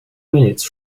minutes